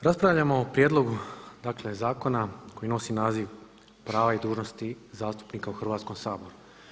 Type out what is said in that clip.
Raspravljamo o prijedlogu zakona koji nosi naziv prava i dužnosti zastupnika u Hrvatskom saboru.